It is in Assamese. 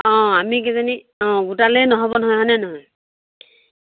অ আমি কেইজনী অ গোটালেই নহ'ব নহয় হয়নে নহয়